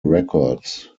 records